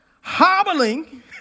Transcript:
hobbling